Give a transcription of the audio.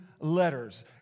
letters